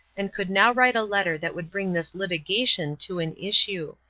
and could now write a letter that would bring this litigation to an issue.